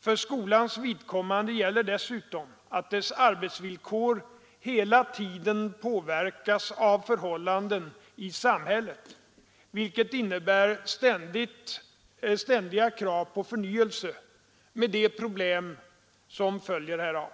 För skolans vidkommande gäller dessutom, att dess arbetsvillkor hela tiden påverkas av förhållandena i samhället, vilket innebär ständiga krav på förnyelse — med de problem som följer härav.